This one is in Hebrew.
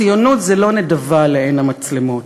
ציונות זה לא נדבה לעין המצלמות.